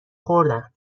خوردن